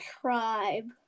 tribe